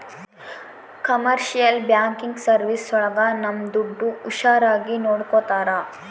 commercial banking service ಒಳಗ ನಮ್ ದುಡ್ಡು ಹುಷಾರಾಗಿ ನೋಡ್ಕೋತರ